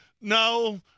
No